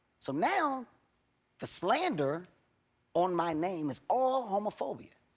so now the slander on my name is all homophobia.